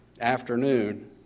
afternoon